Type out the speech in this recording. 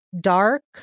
dark